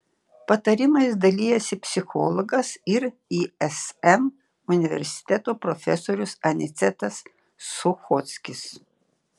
patarimais dalijasi psichologas ir ism universiteto profesorius anicetas suchockis